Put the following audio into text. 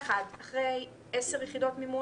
לכמה מפלגות תהיה בעיה.